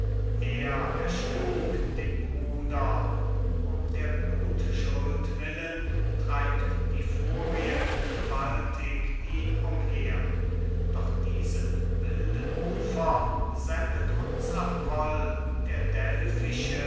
er erschlug den bruder um der blutschuld willen treibt die furie gewaltig ihn umher doch diesem wilden ufer sendet uns apoll der